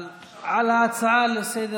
אולי הוא עסוק